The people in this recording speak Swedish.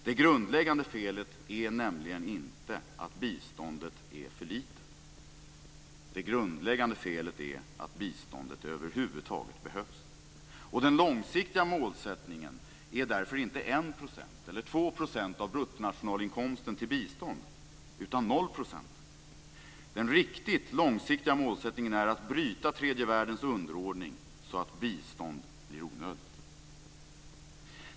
Det grundläggande felet är nämligen inte att biståndet är för litet. Det grundläggande felet är att biståndet över huvud taget behövs. Den långsiktiga målsättningen är därför inte 1 % eller 2 % av bruttonationalinkomsten till bistånd utan 0 %. Den riktigt långsiktiga målsättningen är att bryta tredje världens underordning så att bistånd blir onödigt.